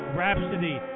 Rhapsody